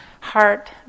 heart